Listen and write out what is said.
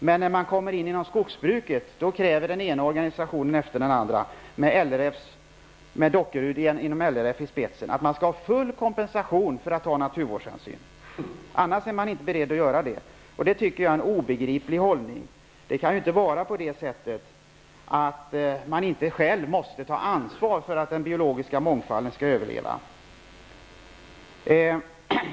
Men när man kommer till skogsbruket kräver den ena organisationen efter den andra, med Dockered inom LRF i spetsen, att man skall ha full kompensation för att ta naturvårdshänsyn. Annars är man inte beredd att ta sådana hänsyn, och det tycker jag är en obegriplig hållning. Det kan inte vara så, att man inte själv är tvungen att ta ansvar för att den biologiska mångfalden skall överleva.